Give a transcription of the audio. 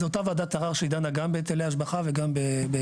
זה אותה ועדת ערר שהיא דנה גם בהיטלי השבחה וגם בהיתרים.